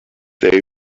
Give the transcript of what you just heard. they